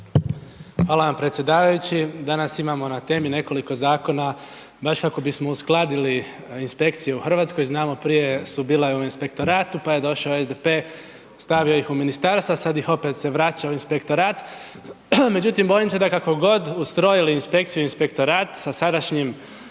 Hvala vam predsjedavajući. Danas imamo na temi nekoliko Zakona baš kako bismo uskladili inspekciju u Hrvatskoj, znamo od prije su bila i u Inspektoratu pa je došao SDP stavio ih u Ministarstva, sad ih se opet vraća u Inspektorat, međutim bojim se da kako god ustrojili Inspekciju i Inspektorat sa sadašnjim